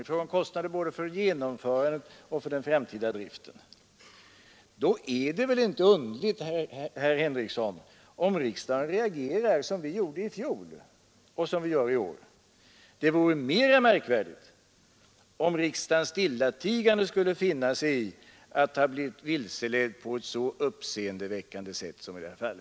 Det gällde kostnaderna både för genomförandet av reformen och för den framtida driften. Då är det väl inte underligt, herr Henrikson, om riksdagen reagerar som vi gjorde i fjol och som vi gör i år. Det vore mera märkvärdigt, om riksdagen stillatigande skulle finna sig i att ha blivit vilseledd på ett så uppseendeväckande sätt som skett i detta fall.